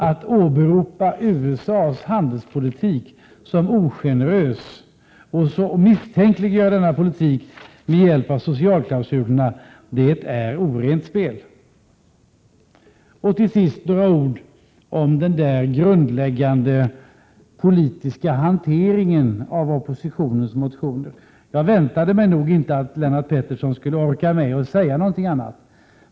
Att åberopa USA:s handelspolitik som ogenerös och att misstänkliggöra denna politik med hjälp av socialklausulerna är orent spel. Till sist några ord om den grundläggande politiska hanteringen av oppositionens motioner. Jag väntade mig inte att Lennart Pettersson skulle orka med att säga någonting annat.